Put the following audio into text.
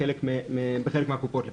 בחלק מהקופות לפחות.